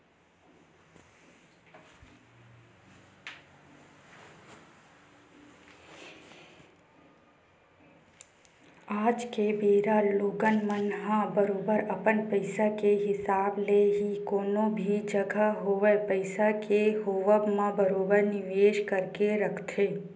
आज के बेरा लोगन मन ह बरोबर अपन पइसा के हिसाब ले ही कोनो भी जघा होवय पइसा के होवब म बरोबर निवेस करके रखथे